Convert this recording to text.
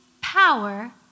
power